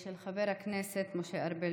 מס' 1842, של חבר הכנסת משה ארבל.